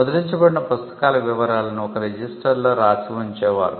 ముద్రించబడిన పుస్తకాల వివరాలను ఒక రిజిస్టర్ లో రాసి ఉంచే వారు